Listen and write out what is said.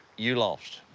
you lost.